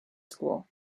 school